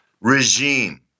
regime